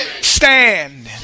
stand